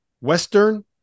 Western